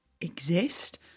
exist